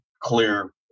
clear